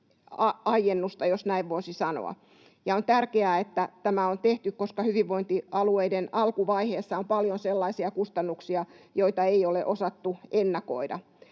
aiennusta — jos näin voisi sanoa — ja on tärkeää, että tämä on tehty, koska hyvinvointialueiden alkuvaiheessa on paljon sellaisia kustannuksia, joita ei ole osattu ennakoida.